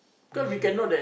as you know